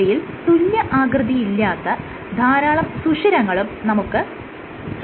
ഇവയിൽ തുല്യാകൃതിയില്ലാത്ത ധാരാളം സുഷിരങ്ങളും നമുക്ക് കാണാനാകും